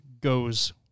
goes